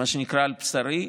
מה שנקרא על בשרי,